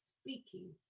speaking